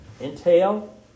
entail